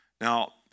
Now